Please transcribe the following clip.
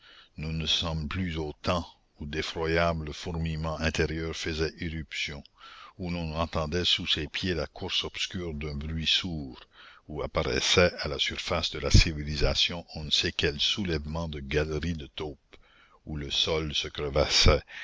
nous ne sommes plus aux temps où d'effroyables fourmillements intérieurs faisaient irruption où l'on entendait sous ses pieds la course obscure d'un bruit sourd où apparaissaient à la surface de la civilisation on ne sait quels soulèvements de galeries de taupes où le sol se crevassait